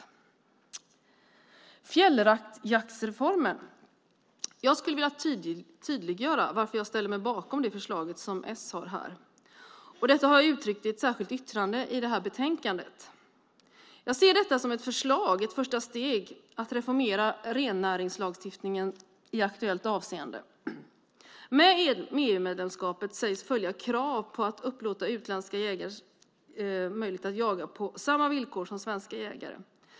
Beträffande fjälljaktsreformen skulle jag vilja tydliggöra varför jag ställer mig bakom det förslag som s har, och detta har jag uttryckt i ett särskilt yttrande i detta betänkande. Jag ser detta förslag som ett första steg att reformera rennäringslagstiftningen i aktuellt avseende. Med EU-medlemskapet sägs följa krav på att låta utländska jägare jaga på samma villkor som svenska.